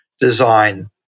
design